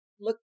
look